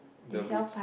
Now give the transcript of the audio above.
the butch~